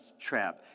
trap